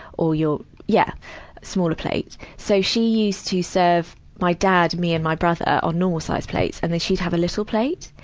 or your yeah, your smaller plate. so, she used to serve my dad, me and my brother on normal-sized plates. and then she'd have a little plate.